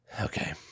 okay